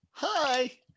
Hi